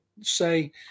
say